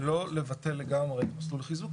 לא לבטל לגמרי את מסלול חיזוק,